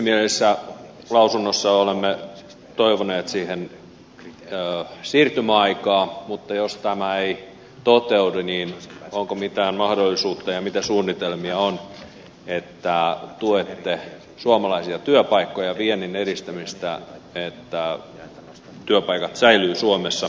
yksimielisessä lausunnossa olemme toivoneet siihen siirtymäaikaa mutta jos tämä ei toteudu niin onko mitään mahdollisuutta ja mitä suunnitelmia on että tuette suomalaisia työpaikkoja ja viennin edistämistä että työpaikat säilyvät suomessa